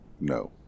No